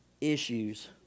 issues